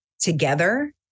together